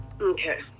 Okay